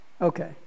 Okay